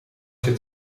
zit